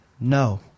no